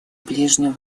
ближнем